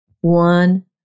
one